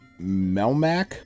Melmac